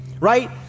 right